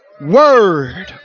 Word